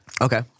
Okay